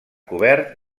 cobert